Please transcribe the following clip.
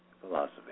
philosophy